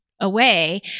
away